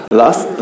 last